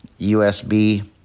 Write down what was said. USB